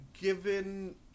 given